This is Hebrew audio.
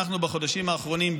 אנחנו בחודשים האחרונים,